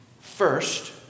First